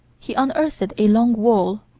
he unearthed a long wall.